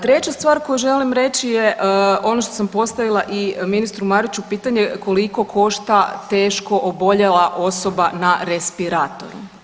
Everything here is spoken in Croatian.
Treća stvar koju želim reći je ono što sam postavila i ministru Mariću pitanje, koliko košta teško oboljela osoba na respiratoru.